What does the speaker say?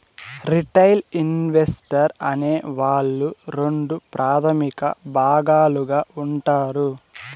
retail investor అనే వాళ్ళు రెండు ప్రాథమిక భాగాలుగా ఉంటారు